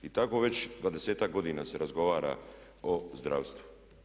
I tako već 20-ak godina se razgovara o zdravstvu.